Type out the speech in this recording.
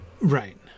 Right